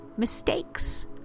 mistakes